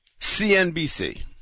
CNBC